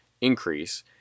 increase